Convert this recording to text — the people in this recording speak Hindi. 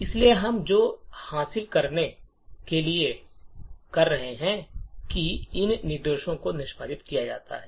इसलिए हम जो हासिल करेंगे वह यह है कि इन दोनों निर्देशों को निष्पादित किया जाता है